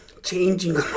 Changing